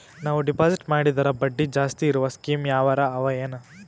ನಾವು ಡೆಪಾಜಿಟ್ ಮಾಡಿದರ ಬಡ್ಡಿ ಜಾಸ್ತಿ ಇರವು ಸ್ಕೀಮ ಯಾವಾರ ಅವ ಏನ?